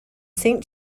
saint